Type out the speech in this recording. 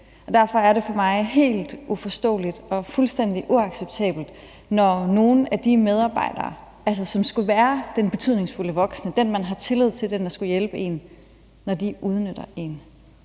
Derfor er det for mig helt uforståeligt og fuldstændig uacceptabelt, når nogle af de medarbejdere, som altså skulle være de betydningsfulde voksne – dem, man har tillid til, dem, der skulle hjælpe en – udnytter en.